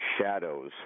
shadows